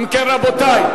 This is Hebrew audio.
אם כן, רבותי,